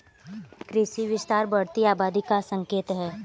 कृषि विस्तार बढ़ती आबादी का संकेत हैं